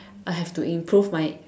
I have to improve my